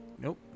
nope